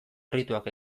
errituak